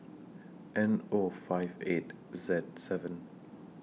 N O five eight Z seven